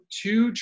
two